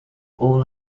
all